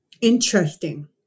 Interesting